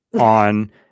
on